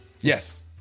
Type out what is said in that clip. Yes